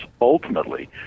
ultimately